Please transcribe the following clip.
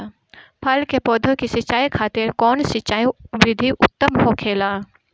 फल के पौधो के सिंचाई खातिर कउन सिंचाई विधि उत्तम होखेला?